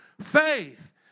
faith